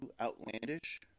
outlandish